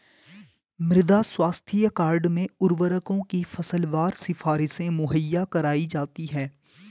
मृदा स्वास्थ्य कार्ड में उर्वरकों की फसलवार सिफारिशें मुहैया कराई जाती है